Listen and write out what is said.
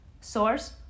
Source